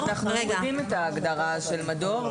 אנחנו מורידים את ההגדרה של מדור.